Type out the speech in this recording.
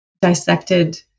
dissected